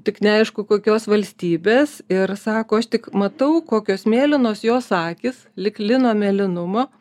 tik neaišku kokios valstybės ir sako aš tik matau kokios mėlynos jos akys lyg lino mėlynumo